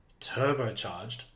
turbocharged